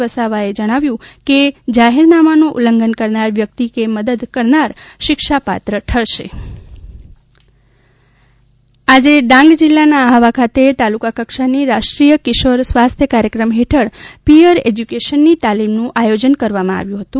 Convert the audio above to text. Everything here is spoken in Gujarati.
વસાવાએ જણાવ્યું છે કે જાહેરનામાનો ઉલ્લંઘન કરનાર વ્યક્તિ કે મદદ કરનાર શિક્ષાપાત્ર ઠરશે સ્વાસ્થ્યકાર્યક્રમ આજે ડાંગ જીલ્લાના આહવા ખાતે તાલુકાકક્ષાની રાષ્ટ્રીય કિશોર સ્વાસ્થ્ય કાર્યક્રમ હેઠળ પિયર એજયુકેશનની તાલીમનું આયોજન કરવામાં આવ્યં હતું